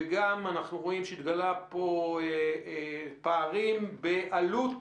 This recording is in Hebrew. וגם אנחנו רואים שהתגלו פה פערים בעלות